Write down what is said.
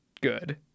good